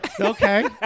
Okay